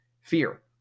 fear